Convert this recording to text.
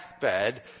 deathbed